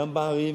גם בערים,